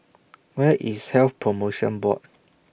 Where IS Health promotion Board